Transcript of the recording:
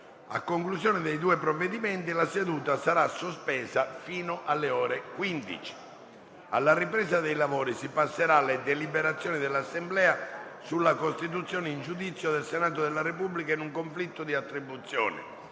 A conclusione dei due provvedimenti, la seduta sarà sospesa fino alle ore 15. Alla ripresa dei lavori, si passerà alle deliberazioni dell'Assemblea sulla costituzione in giudizio del Senato della Repubblica in un conflitto di attribuzione.